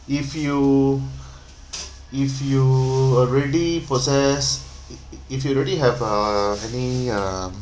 if you if you already possess i~ i~ if you already have uh I think ya